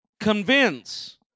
Convince